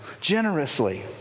generously